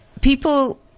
people